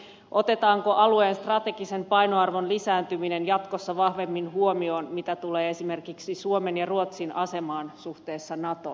otetaanko alueen strategisen painoarvon lisääntyminen jatkossa vahvemmin huomioon mitä tulee esimerkiksi suomen ja ruotsin asemaan suhteessa natoon